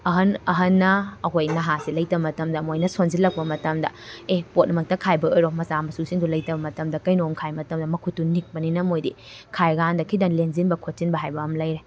ꯑꯍꯟ ꯑꯍꯟꯅ ꯑꯩꯈꯣꯏ ꯅꯍꯥꯁꯦ ꯂꯩꯇꯕ ꯃꯇꯝꯗ ꯃꯣꯏꯅ ꯁꯣꯟꯖꯜꯂꯛꯄ ꯃꯇꯝꯗ ꯑꯦ ꯄꯣꯠꯃꯛꯇ ꯈꯥꯏꯕ ꯑꯣꯏꯔꯣ ꯃꯆꯥ ꯃꯁꯨꯁꯤꯡꯗꯣ ꯂꯩꯇꯕ ꯃꯇꯝꯗ ꯀꯩꯅꯣꯝ ꯈꯥꯏ ꯃꯇꯝꯗ ꯃꯈꯨꯠꯇꯨ ꯅꯤꯛꯄꯅꯤꯅ ꯃꯣꯏꯗꯤ ꯈꯥꯏꯀꯥꯟꯗ ꯈꯤꯇꯪ ꯂꯦꯟꯁꯤꯟꯕ ꯈꯣꯠꯁꯤꯟꯕ ꯍꯥꯏꯕ ꯑꯃ ꯂꯩꯔꯦ